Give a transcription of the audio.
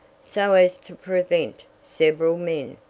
so as to prevent several men,